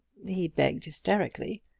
he begged hysterically,